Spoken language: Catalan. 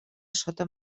sota